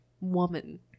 woman